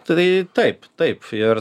tai taip taip ir